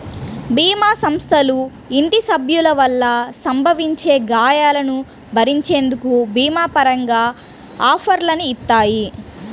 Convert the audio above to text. భీమా సంస్థలు ఇంటి సభ్యుల వల్ల సంభవించే గాయాలను భరించేందుకు భీమా పరంగా ఆఫర్లని ఇత్తాయి